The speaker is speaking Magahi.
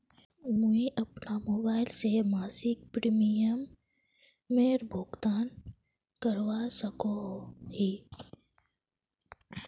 मुई अपना मोबाईल से मासिक प्रीमियमेर भुगतान करवा सकोहो ही?